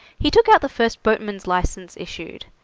he took out the first boatman's licence issued,